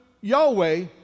yahweh